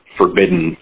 forbidden